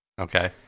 Okay